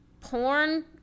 porn